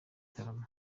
gitaramo